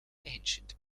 ancient